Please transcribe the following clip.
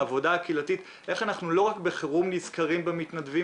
איך אנחנו לא רק בחרום נזכרים במתנדבים